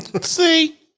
See